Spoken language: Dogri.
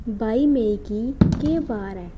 बाई मेई गी केह् बार ऐ